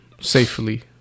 safely